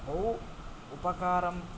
बहु उपकारम्